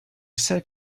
said